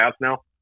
now